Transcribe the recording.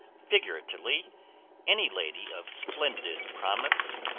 figuratively, any lady of splendid promise,